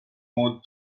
mode